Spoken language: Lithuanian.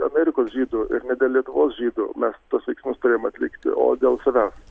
amerikos žydų ir ne dėl lietuvos žydų mes tuos veiksmus turėjom atlikti o dėl savęs